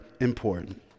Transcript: important